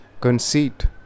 Conceit